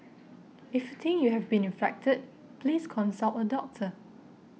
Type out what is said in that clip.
if you think you have been infected please consult a doctor